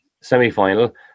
semi-final